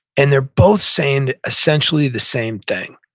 and they're both saying, essentially, the same thing.